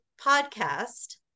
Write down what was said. podcast